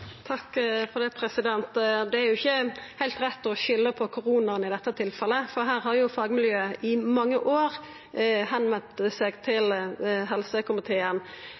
Det er ikkje heilt rett å skulda på koronaen i dette tilfellet, for her har fagmiljøet i mange år vendt seg til helsekomiteen